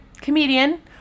comedian